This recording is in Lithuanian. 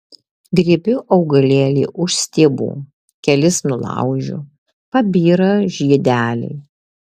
griebiu augalėlį už stiebų kelis nulaužiu pabyra žiedeliai